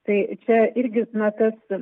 tai čia irgi na tas